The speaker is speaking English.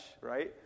right